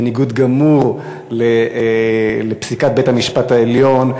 בניגוד גמור לפסיקת בית-המשפט העליון,